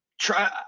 try